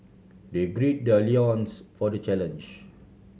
they gird their loins for the challenge